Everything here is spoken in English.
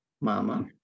Mama